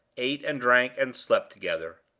ate, and drank, and slept together.